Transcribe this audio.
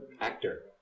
actor